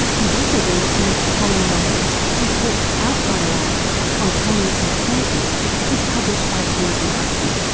you've also been listening to colin rhodes whose book outsider art spontaneous alternatives is published by thames and hudson.